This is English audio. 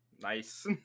Nice